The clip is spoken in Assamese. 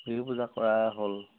পূজা চূজা কৰা হ'ল